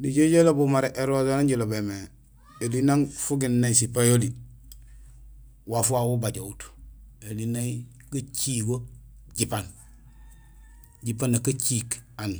Nijool jo ilobul mara é rasoir yan jilobé mé. Ēli nang fugéén nay sipayoli waaf wawu ubajohut, éli nay gacigo jipaan. Jipaan nak aciik aan.